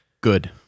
Good